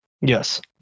yes